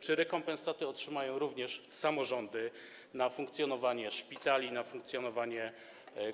Czy rekompensatę otrzymają również samorządy z tytułu funkcjonowania szpitali, funkcjonowania